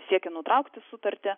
siekia nutraukti sutartį